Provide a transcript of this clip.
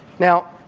now,